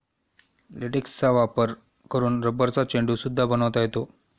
लेटेक्सचा वापर करून रबरचा चेंडू सुद्धा बनवता येतो